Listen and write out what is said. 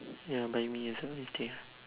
ya by me also you take ah